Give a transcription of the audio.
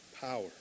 power